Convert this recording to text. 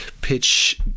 pitch